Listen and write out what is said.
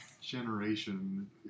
generation